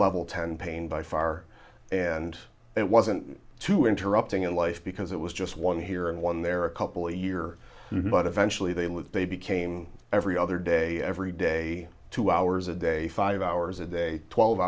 level ten pain by far and it wasn't too interrupting a life because it was just one here and one there a couple of year but eventually they looked they became every other day every day two hours a day five hours a day twelve